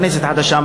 כנסת חדשה,